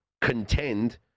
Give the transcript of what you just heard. contend